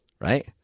right